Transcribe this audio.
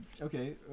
Okay